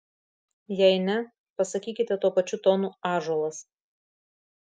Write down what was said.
jei ne pasakykite tuo pačiu tonu ąžuolas